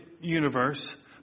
universe